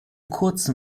kurzem